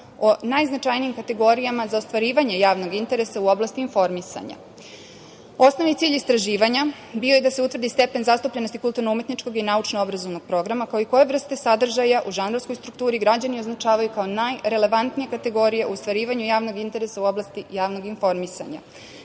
o najznačajnijim kategorijama za ostvarivanje javnog interesa u oblasti informisanja. Osnovni cilj istraživanja bio je da se utvrdi stepen zastupljenosti kulturno-umetničkog i naučno-obrazovnog programa, kao i koje vrste sadržaja u žanrovskoj strukturi građani označavaju kao najrelevantnije kategorije u ostvarivanju javnog interesa u oblasti javnog informisanja.